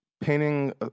painting